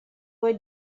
were